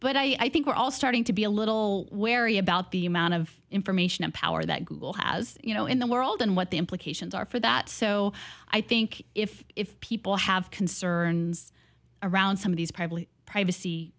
but i think we're all starting to be a little wary about the amount of information and power that google has you know in the world and what the implications are for that so i think if people have concerns around some of these pr